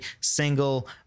single